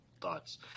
thoughts